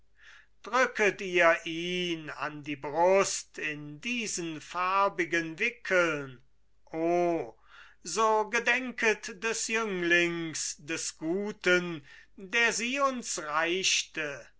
drücket ihr ihn an die brust in diesen farbigen wickeln oh so gedenket des jünglings des guten der sie uns reichte